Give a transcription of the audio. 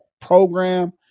program